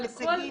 עם הישגים,